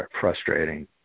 frustrating